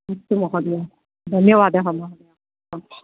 अस्तु महोदय धन्यवादः आम्